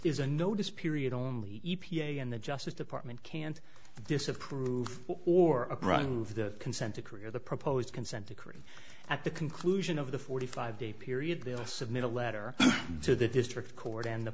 is a notice period on the e p a and the justice department can't disapprove or approve the consent decree or the proposed consent decree at the conclusion of the forty five day period they will submit a letter to the district court and the